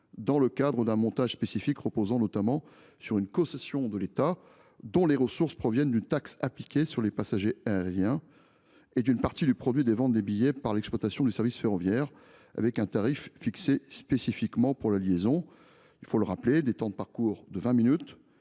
dans le cadre d’un montage spécifique reposant notamment sur une concession de l’État dont les ressources proviennent d’une taxe appliquée sur les passagers aériens et d’une partie du produit des ventes des billets par l’exploitation du service ferroviaire, avec un tarif fixé spécifiquement pour la liaison. Je rappelle que cette ligne, dont les